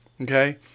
Okay